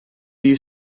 you